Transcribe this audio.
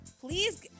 please